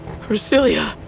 Hercilia